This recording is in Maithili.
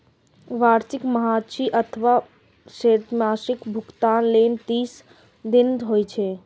वार्षिक, छमाही अथवा त्रैमासिक भुगतान लेल तीस दिन होइ छै